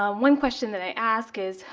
um one question that i ask is,